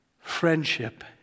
Friendship